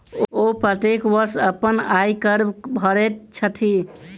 ओ प्रत्येक वर्ष अपन आय कर भरैत छथि